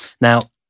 Now